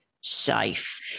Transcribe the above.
safe